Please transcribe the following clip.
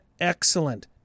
excellent